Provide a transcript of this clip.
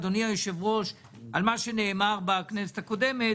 אדוני חשב כך גם ב-13 הפעמים ששונו חוקי-היסוד בקדנציה הקודמת?